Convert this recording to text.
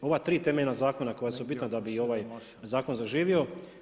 Ova tri temeljna zakona koja su bitna da bi ovaj zakon zaživio.